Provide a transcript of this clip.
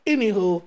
Anywho